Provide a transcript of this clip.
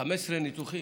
15 ניתוחים,